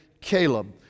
Caleb